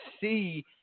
see